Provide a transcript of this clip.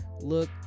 look